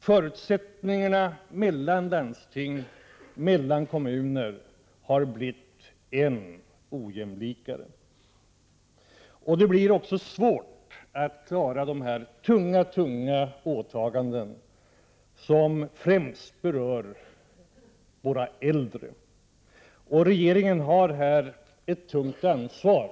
Det har blivit allt ojämlikare när det gäller landsting och kommuner. Det blir också svårt att klara de mycket tunga åtaganden som främst berör våra äldre. Regeringen har här ett tungt ansvar.